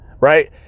right